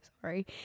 Sorry